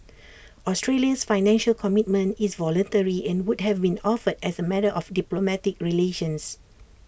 Australia's Financial Commitment is voluntary and would have been offered as A matter of diplomatic relations